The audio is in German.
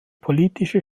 politische